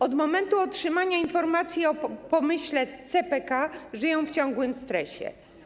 Od momentu otrzymania informacji o pomyśle CPK żyją w ciągłym stresie.